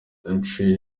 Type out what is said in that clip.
yaciye